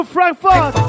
Frankfurt